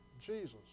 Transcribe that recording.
Jesus